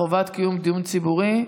חובת קיום דיון ציבורי,